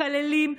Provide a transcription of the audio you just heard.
מקללים,